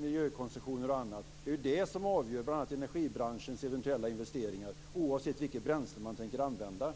miljökoncessioner och annat. Det är ju det som avgör bl.a. energibranschens eventuella investeringar oavsett vilket bränsle man tänker använda.